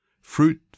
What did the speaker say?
Fruit